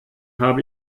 hab